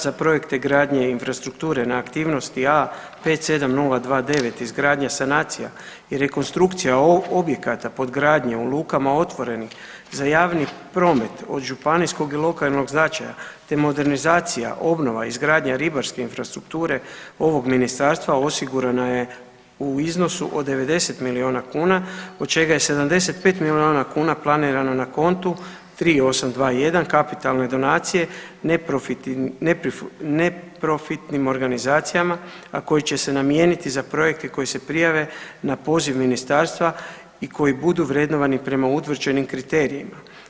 Za projekte gradnje infrastrukture na aktivnosti A 57029 izgradnja, sanacija i rekonstrukcija objekata pod gradnje u lukama otvorenih za javni promet od županijskog i lokalnog značaja te modernizacija, obnova i izgradnja ribarske infrastrukture ovog ministarstva, osigurana je u iznosu od 90 milijuna kuna, od čega je 75 milijuna kuna planirano na kontu 3821 kapitalne donacije neprofitnim organizacijama a koje će se namijeniti za projekte koji se prijave na poziv ministarstva i koji budu vrednovani prema utvrđenim kriterijima.